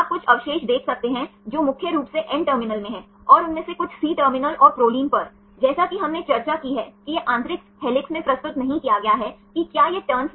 अब सवाल यह है कि क्या मुझे किसी भी कोण के लिए अनुमति दी जाती है अगर मैं कितने डिग्री का रोटेशन ले सकता हूं